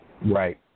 Right